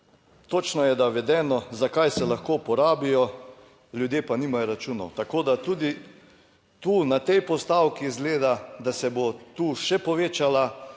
Točno je navedeno, za kaj se lahko porabijo, ljudje pa nimajo računov. Tako da tudi tu, na tej postavki, izgleda, da se bo tu še povečala,